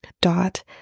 dot